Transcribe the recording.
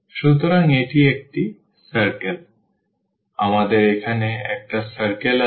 সুতরাং আমাদের এখানে একটা circle আছে